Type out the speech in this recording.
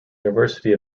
university